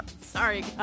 Sorry